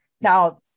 Now